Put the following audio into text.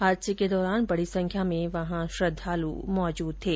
हादसे के दौरान बड़ी संख्या में श्रद्धाल् मौजूद थे